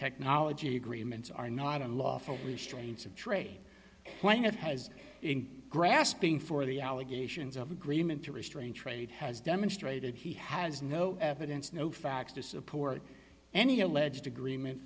technology agreements are not unlawful restraint of trade when it has in grasping for the allegations of agreement to restrain trade has demonstrated he has no evidence no facts to support any alleged agreement